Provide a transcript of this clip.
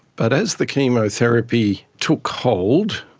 but as the chemotherapy took hold,